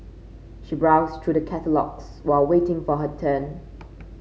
she browsed through the catalogues while waiting for her turn